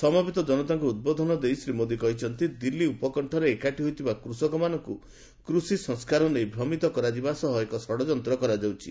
ସମବେତ ଜନତାକୁ ଉଦ୍ବୋଧନ ଦେଇ ଶ୍ରୀ ମୋଦି କହିଛନ୍ତି ଦିଲ୍ଲୀ ଉପକଶ୍ଚରେ ଏକାଠି ହୋଇଥିବା କୃଷକମାନଙ୍କୁ କୃଷି ସଂସ୍କାର ନେଇ ଭ୍ରମିତ କରାଯିବା ସହ ଷଡ଼ଯନ୍ତ କରାଯାଉଛି